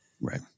Right